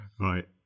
Right